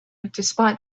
despite